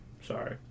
Sorry